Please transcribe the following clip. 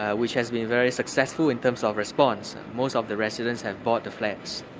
ah which has been very successful in terms of response, most of the residents have bought the flats,